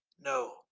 No